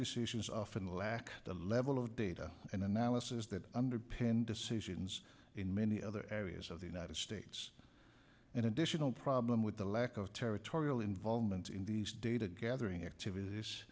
decisions often lacks the level of data and analysis that underpin decisions in many other areas of the united states an additional problem with the lack of territorial involvement in these data gathering activit